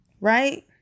Right